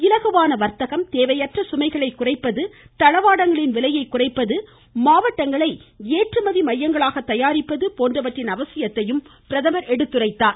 இலகுவான வர்த்தகம் தேவையற்ற சுமைகளை குறைப்பது தளவாடங்களின் விலையை குறைப்பது ஏற்றுமதி மையங்களாக தயாரிப்பது போன்றவற்றின் அவசியத்தையும் அவர் குறிப்பிட்டார்